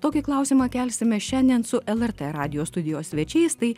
tokį klausimą kelsime šiandien su lrt radijo studijos svečiais tai